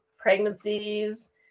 pregnancies